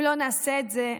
אם לא נעשה את זה,